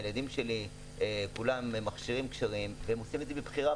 יש לכל הילדים שלי מכשירים כשרים והם עושים את זה מבחירה.